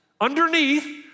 underneath